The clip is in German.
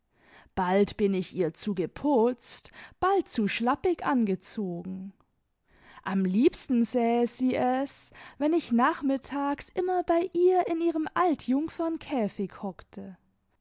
bald bin ich ihr zu geputzt bald zu schlappig angezogen am liebsten sähe sie es wenn ich nachmittags immer bei ihr in ihrem altjungfemkäfig hockte